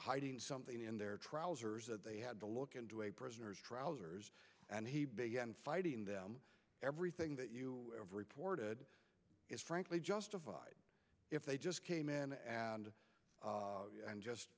hiding something in their trousers and they had to look into a prisoner's trousers and he began fighting them everything that you have reported is frankly justified if they just came in an